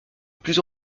plus